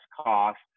cost